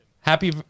happy